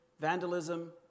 vandalism